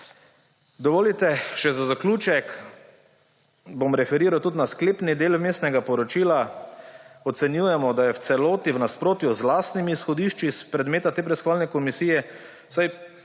Dovolite še za zaključek, bom referiral tudi na sklepni del Vmesnega poročila, ocenjujemo, da je v celoti v nasprotju z lastnimi izhodišči iz predmeta te preiskovalne komisije,